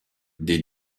des